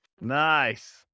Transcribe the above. Nice